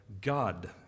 God